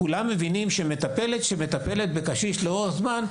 כולם מבינים שמטפלת שעובדת אצל קשיש לאורך זמן,